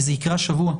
וזה יקרה השבוע.